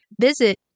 Visit